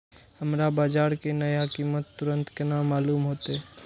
हमरा बाजार के नया कीमत तुरंत केना मालूम होते?